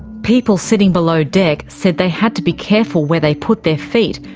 people sitting below deck said they had to be careful where they put their feet,